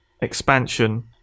expansion